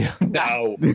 No